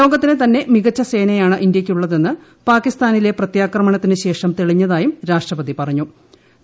ലോകത്തിൽ തന്നെ മികച്ച സേനയാണ് ഇന്ത്യയ്ക്കുള്ളതെന്ന് പാകിസ്ഥാനിലെ പ്രത്യാക്രമണത്തിന് ശേഷം തെളിഞ്ഞതായും രാഷ്ട്രപതിപ്പുപ്പു